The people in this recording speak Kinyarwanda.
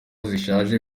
zishaje